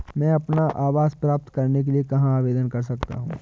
मैं अपना आवास प्राप्त करने के लिए कहाँ आवेदन कर सकता हूँ?